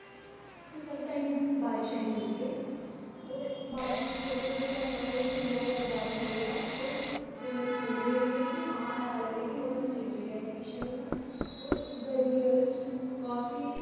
कुसै बी टाइम बारिश आई सकदी ऐ और बारिश कन्ने कंदे कंदे ते ऐसा होंदा कि बहूत ज्यादा बारिश आई जा और इनी ठंड होई जंदी हां ऐसा लगदा कि मौसम चेंज होई गेआ पर सर्दी च ऐसा किश नेईं होंदा और गर्मी बिच काफी